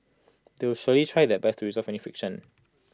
they will surely try their best to resolve any friction